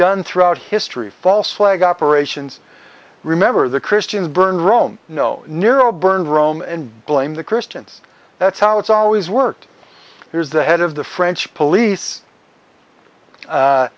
done throughout history false flag operations remember the christians burned rome you know nero burned rome and blamed the christians that's how it's always worked here's the head of the french police